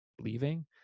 leaving